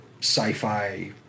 sci-fi